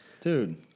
Dude